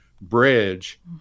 bridge